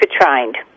trained